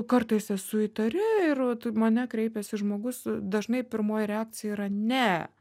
kartais esu įtari ir vat į mane kreipiasi žmogus dažnai pirmoji reakcija yra ne